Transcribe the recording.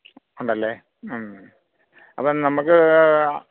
ഉണ്ടല്ലേ മ് അപ്പം നമുക്ക്